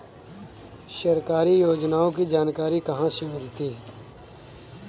सरकारी योजनाओं की जानकारी कहाँ से मिलती है?